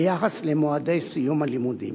ביחס למועדי סיום הלימודים.